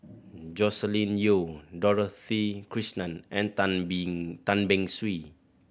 Joscelin Yeo Dorothy Krishnan and Tan Beng Tan Beng Swee